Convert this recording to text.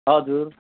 हजुर